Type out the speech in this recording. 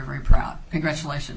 very proud congratulations